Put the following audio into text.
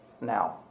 now